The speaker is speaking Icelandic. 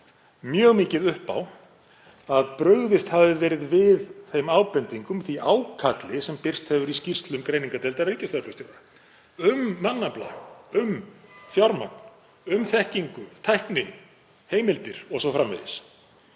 mjög mikið upp á að brugðist hafi verið við þeim ábendingum, því ákalli, sem birst hefur í skýrslum greiningardeildar ríkislögreglustjóra um mannafla, fjármagn, þekkingu, tækni, heimildir o.s.frv.